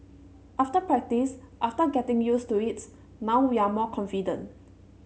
after practice after getting used to it now we are more confident